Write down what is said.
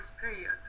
period